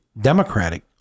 Democratic